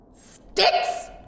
Sticks